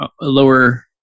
lower